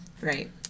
Right